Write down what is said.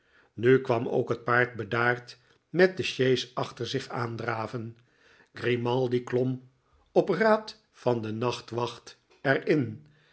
nu kwam ook het paard bedaard met de sjees achter zich aandraven grimaldi klom op raad van den nachtwacht er